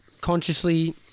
consciously